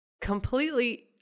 completely